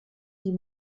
die